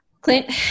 Clint